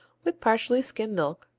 with partially skim milk,